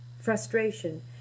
frustration